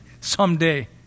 someday